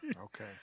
Okay